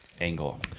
angle